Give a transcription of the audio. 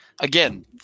Again